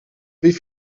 wie